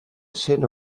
sent